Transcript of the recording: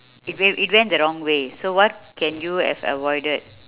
it went it went the wrong way so what can you have avoided